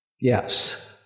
Yes